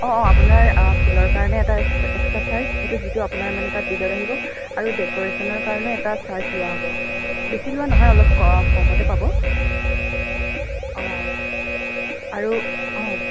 অ অ আপোনাৰ আ ফুলৰ কাৰণে এটা এ্স এক্সট্ৰা চাৰ্জ সেইটো যিটো আপোনাৰ মানে তাত বিলত আহিব আৰু ডেকৰেশ্যনৰ কাৰণে এটা চাৰ্জ লোৱা হ'ব বেছি লোৱা নহয় অলপ ক কমতে পাব অ আৰু ওম